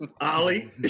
Ollie